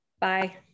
Bye